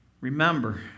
Remember